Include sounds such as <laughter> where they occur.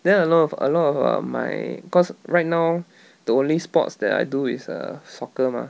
then a lot of a lot of my cause right now <breath> the only sports that I do is err soccer mah